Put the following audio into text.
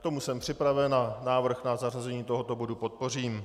K tomu jsem připraven a návrh na zařazení tohoto bodu podpořím.